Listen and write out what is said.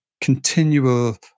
continual